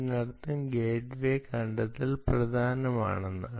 അതിനർത്ഥം ഗേറ്റ്വേ കണ്ടെത്തൽ പ്രധാനമാണെന്ന്